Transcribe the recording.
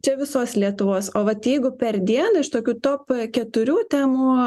čia visos lietuvos o vat jeigu per dieną iš tokių top keturių temų